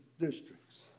districts